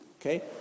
Okay